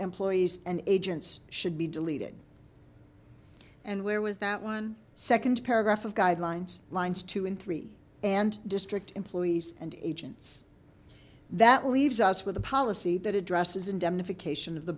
employees and agents should be deleted and where was that one second paragraph of guidelines lines two and three and district employees and agents that leaves us with a policy that addresses indemnification of the